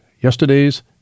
Yesterday's